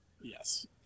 Yes